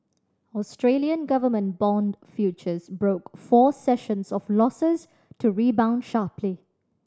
Australian government bond futures broke four sessions of losses to rebound sharply